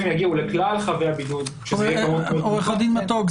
יגיעו לכלל חבי הבידוד --- עורך דין מתוק,